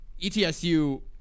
ETSU